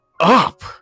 up